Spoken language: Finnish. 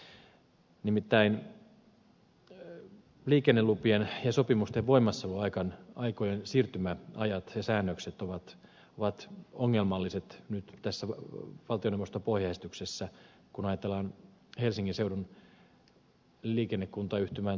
nimittäin liikennelupien ja sopimusten voimassaoloaikojen siirtymäajat ja säännökset ovat ongelmalliset nyt tässä valtioneuvoston pohjaesityksessä kun ajatellaan helsingin seudun liikennekuntayhtymän tulevaa toimintaa